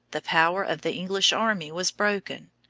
the power of the english army was broken.